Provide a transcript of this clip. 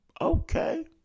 Okay